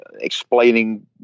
explaining